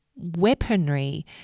weaponry